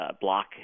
block